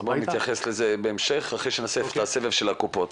נתייחס לזה בהמשך אחרי שנעשה את הסבב של הקופות.